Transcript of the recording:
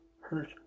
hurt